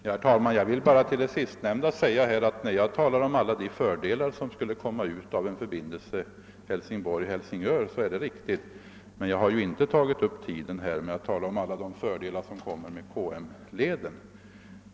Herr talman! Med anledning av vad herr Sjöholm senast sade vill jag framhålla att när jag talar om alla de fördelar som skulle följa av en förbindelse Hälsingborg—Helsingör, så är detta riktigt. Men jag har ju inte tagit upp tiden med att tala om alla de fördelar som följer av KM-leden.